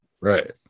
Right